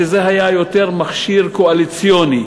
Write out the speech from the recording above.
שזה היה יותר מכשיר קואליציוני,